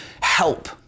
help